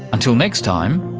until next time,